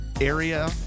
area